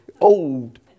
old